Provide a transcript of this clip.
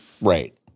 right